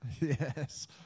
Yes